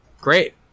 Great